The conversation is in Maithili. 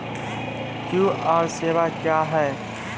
क्यू.आर सेवा क्या हैं?